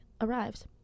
arrives